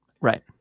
Right